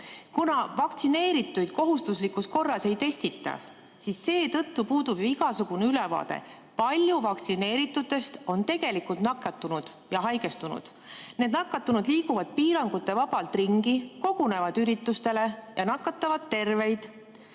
Kuna vaktsineerituid kohustuslikus korras ei testita, siis seetõttu puudub igasugune ülevaade, kui paljud vaktsineeritutest on tegelikult nakatunud ja haigestunud. Need nakatunud liiguvad piirangutevabalt ringi, kogunevad üritustele ja nakatavad terveid